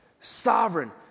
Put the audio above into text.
sovereign